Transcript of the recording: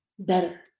better